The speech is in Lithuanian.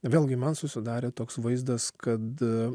vėlgi man susidarė toks vaizdas kad